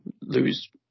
lose